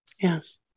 Yes